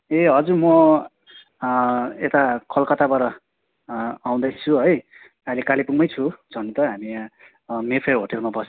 ए हजुर म यता कलकत्ताबाट आउँदैछु है अहिले कालेबुङमै छु छन त हामी यहाँ मेफेयर होटेलमा बस